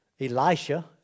Elisha